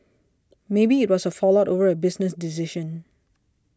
maybe it was a fallout over a business decision